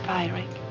Firing